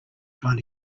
trying